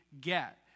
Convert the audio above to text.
get